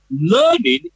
learning